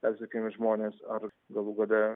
persekiojami žmonės ar galų gale